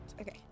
Okay